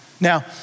Now